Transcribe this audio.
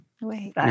wait